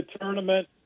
tournament